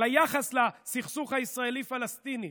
על היחס לסכסוך הישראלי פלסטיני,